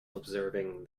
observing